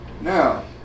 Now